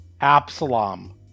Absalom